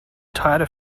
tighter